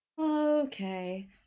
Okay